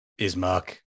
Ismark